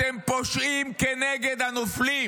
אתם פושעים כנגד הנופלים,